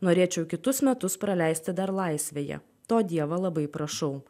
norėčiau kitus metus praleisti dar laisvėje to dievą labai prašau